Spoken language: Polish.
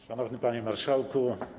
Szanowny Panie Marszałku!